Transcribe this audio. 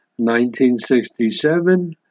1967